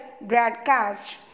broadcast